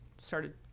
started